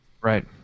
right